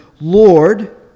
Lord